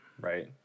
Right